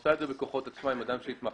עושה את זה בכוחות עצמה עם אדם שעושה